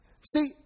See